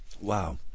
wow